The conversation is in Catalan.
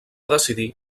decidir